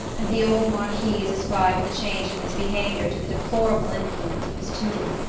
and the old marquise ascribed the change in his behaviour to the deplorable influence of his tutor,